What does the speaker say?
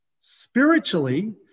spiritually